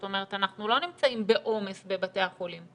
זאת אומרת אנחנו לא נמצאים בעומס בבתי החולים.